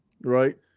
right